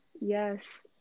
Yes